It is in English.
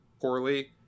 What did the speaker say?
poorly